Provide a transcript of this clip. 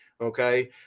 okay